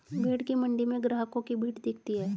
भेंड़ की मण्डी में ग्राहकों की भीड़ दिखती है